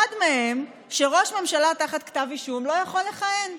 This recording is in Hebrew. אחד מהם, שראש ממשלה תחת כתב אישום לא יכול לכהן.